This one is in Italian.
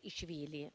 i civili.